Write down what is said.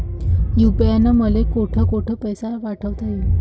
UPI न मले कोठ कोठ पैसे पाठवता येईन?